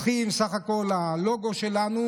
הלוגו שלנו,